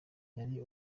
yari